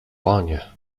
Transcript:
panie